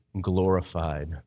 glorified